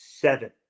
seven